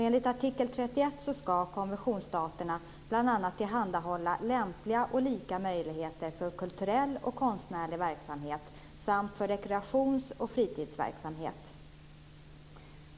Enligt artikel 31 skall konventionsstaterna bl.a. tillhandahålla lämpliga och lika möjligheter för kulturell och konstnärlig verksamhet samt för rekreations och fritidsverksamhet.